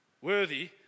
worthy